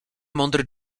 mądry